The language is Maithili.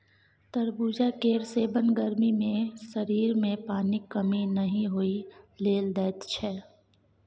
तरबुजा केर सेबन गर्मी मे शरीर मे पानिक कमी नहि होइ लेल दैत छै